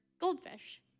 goldfish